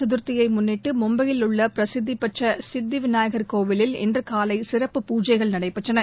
சதர்த்தியைமுன்னிட்டுமும்பையில் உள்ளபிரசித்திபெற்றசித்திவிநாயகர் கோவிலில் விநாயகர் இன்றுகாலைசிறப்பு பூஜைகள் நடைபெற்றன